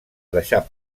deixar